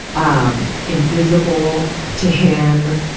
um, invisible to him.